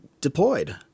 deployed